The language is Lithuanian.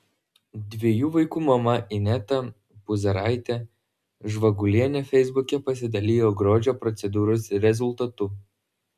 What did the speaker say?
dviejų vaikų mama ineta puzaraitė žvagulienė feisbuke pasidalijo grožio procedūros rezultatu